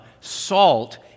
salt